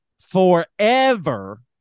forever